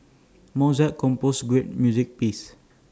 Mozart composed great music pieces